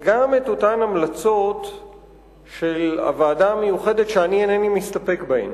גם את אותן המלצות שאני אינני מסתפק בהם.